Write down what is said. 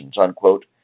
unquote